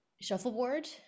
shuffleboard